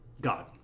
God